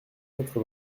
quatre